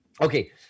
Okay